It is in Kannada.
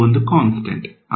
ಇದು ಒಂದು ಕಾನ್ಸ್ಟಂಟ್